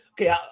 okay